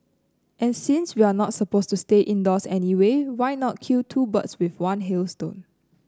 and since we're not supposed to stay indoors anyway why not kill two birds with one hailstone